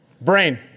Brain